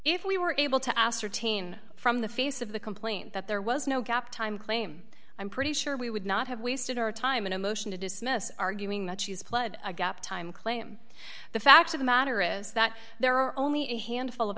if we were able to ascertain from the face of the complaint that there was no gap time claim i'm pretty sure we would not have wasted our time in a motion to dismiss arguing that she's pled a gap time claim the fact of the matter is that there are only a handful of